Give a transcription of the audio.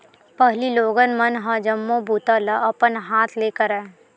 पहिली लोगन मन ह जम्मो बूता ल अपन हाथ ले करय